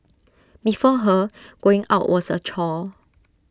before her going out was A chore